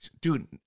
Dude